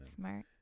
Smart